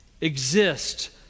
exist